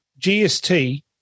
GST